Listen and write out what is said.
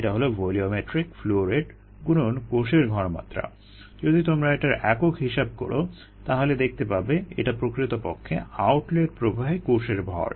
এটা হলো volumetric flow rate গুণন কোষের ঘনমাত্রা যদি তোমরা এটার একক হিসাব করো তাহলে দেখতে পাবে এটা প্রকৃতপক্ষেই আউটলেট প্রবাহে কোষের ভর